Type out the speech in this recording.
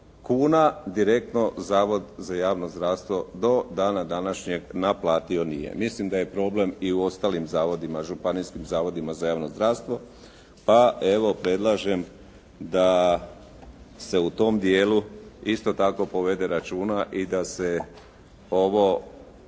kuna direktno Zavod za javno zdravstvo do dana današnjeg naplatio nije. Mislim da je problem i u ostalim zavodima, županijskim zavodima za javno zdravstvo pa evo predlažem da se u tom dijelu isto tako povede računa i da se ovo